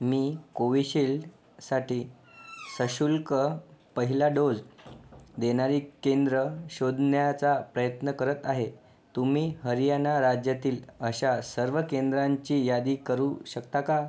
मी कोविशिल्डसाठी सशुल्क पहिला डोज देणारी केंद्रं शोधण्याचा प्रयत्न करत आहे तुमी हरियाणा राज्यातील अशा सर्व केंद्रांची यादी करू शकता का